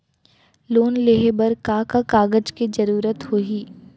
Loan लेहे बर का का कागज के जरूरत होही?